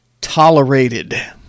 tolerated